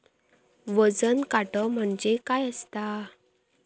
वजन काटो म्हणजे काय असता?